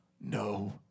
no